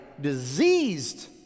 diseased